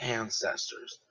ancestors